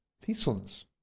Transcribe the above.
peacefulness